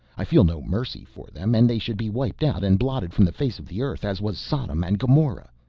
i feel no mercy for them and they should be wiped out and blotted from the face of the earth as was sodom and gomorrah.